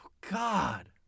god